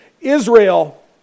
Israel